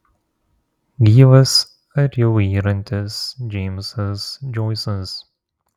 gyvas ar jau yrantis džeimsas džoisas